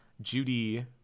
Judy